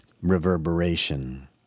reverberation